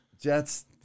Jets